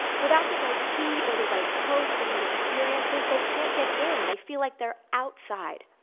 without the right key or the right code, or the right experiences, they can't get in. they feel like they're outside.